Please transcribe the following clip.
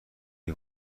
ملی